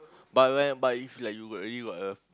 but when but if like you already got a